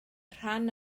rhan